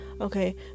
Okay